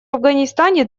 афганистане